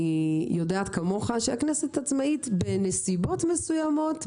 אני יודעת כמוך שהכנסת עצמאית בנסיבות מסוימות,